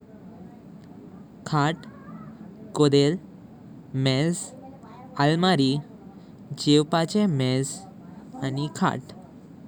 खांत, कोडेल, मेज, अलमारी, घेवपाचे मेज आनि खांत।